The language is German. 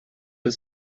ist